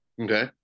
Okay